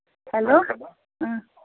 hello